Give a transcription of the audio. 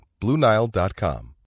BlueNile.com